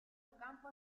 ocampo